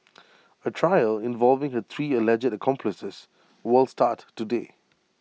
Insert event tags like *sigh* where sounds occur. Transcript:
*noise* A trial involving her three alleged accomplices will start today